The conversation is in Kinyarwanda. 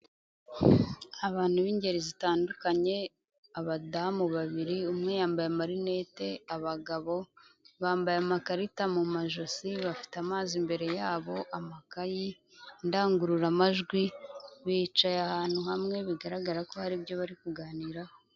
Abantu b'ingeri zitandukanye, abadamu babiri, umwe yambaye amarinete, abagabo bambaye amakarita mu mumajosi, bafite amazi imbere yabo, amakayi, indangururamajwi, bicaye ahantu hamwe bigaragara ko hari ibyo bari kuganiraho.